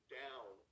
down